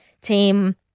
team